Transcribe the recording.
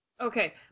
Okay